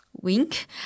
Wink